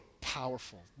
powerful